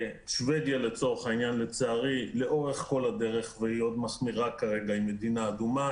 שוודיה לצערי לאורך כל הדרך היא מדינה אדומה,